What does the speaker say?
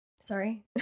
Sorry